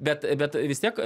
bet bet vis tiek